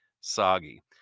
soggy